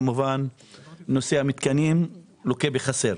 כמובן נושא המתקנים לוקה בחסר.